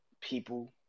people